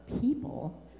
people